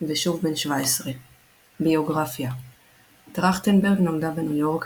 ו"שוב בן 17". ביוגרפיה טרכטנברג נולדה בניו יורק,